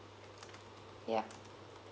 yeah